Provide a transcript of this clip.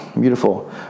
Beautiful